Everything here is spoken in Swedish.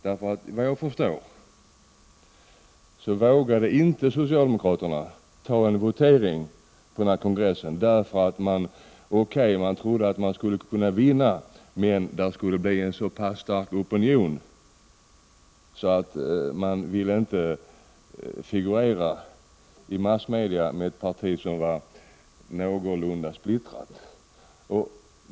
Såvitt jag förstår var anledningen till att socialdemokraterna inte vågade sig på en votering på nämnda kongress att opinionen emot var stark och att man inte ville figurera i massmedia som ett parti som är aningen splittrat.